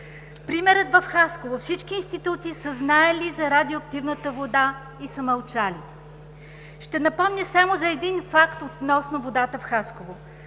Примерът в Хасково – всички институции са знаели за радиоактивната вода и са мълчали. Ще напомня само за един факт относно водата в Хасково